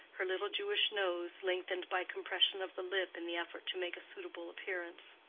her little jewish nose lengthened by compression of the lip in the effort to make a suitable appearance.